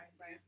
right